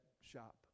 shop